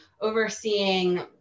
overseeing